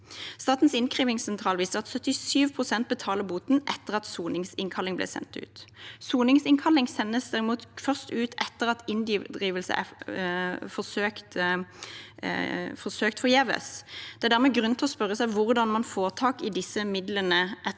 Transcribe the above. Statens innkrevingssentral viser at 77 pst. betaler boten etter at soningsinnkalling ble sendt ut. Soningsinnkalling sendes derimot først ut etter at inndrivelse er forsøkt forgjeves. Det er dermed grunn til å spørre seg hvordan man får tak i disse midlene etter